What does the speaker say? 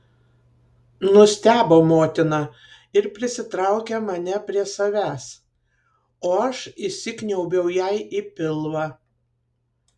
nustebo motina ir prisitraukė mane prie savęs o aš įsikniaubiau jai į pilvą